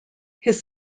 his